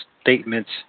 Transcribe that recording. statements